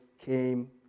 came